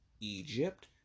Egypt